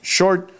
Short